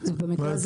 לא יכולים לקלוט.